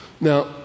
Now